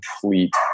complete